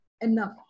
enough